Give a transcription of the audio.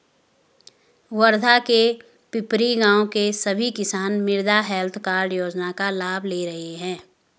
वर्धा के पिपरी गाँव के सभी किसान मृदा हैल्थ कार्ड योजना का लाभ ले रहे हैं